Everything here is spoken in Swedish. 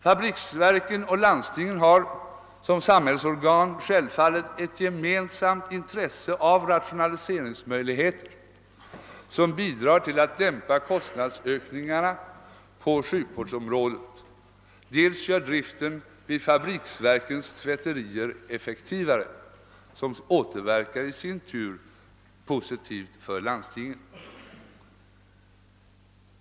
Fabriksverken och lands tingen har som samhällsorgan självfallet ett gemensamt intresse av rationaliseringsmöjligheter som dels bidrar till att dämpa kostnadsökningarna på sjukvårdsområdet, dels gör driften vid fabriksverkens tvätterier allt effektivare. Detta återverkar i sin tur positivt för landstingen.